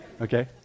okay